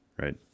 right